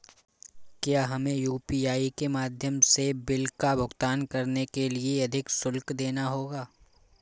क्या हमें यू.पी.आई के माध्यम से बिल का भुगतान करने के लिए अधिक शुल्क देना होगा?